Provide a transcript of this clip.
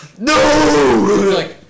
No